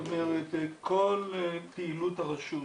כל פעילות הרשות,